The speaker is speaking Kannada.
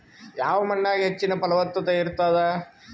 ಯಾವ ಮಣ್ಣಾಗ ಹೆಚ್ಚಿನ ಫಲವತ್ತತ ಇರತ್ತಾದ?